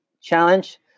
Challenge